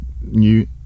new